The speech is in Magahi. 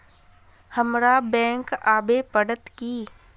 हमरा बैंक आवे पड़ते की?